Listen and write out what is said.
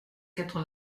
quatre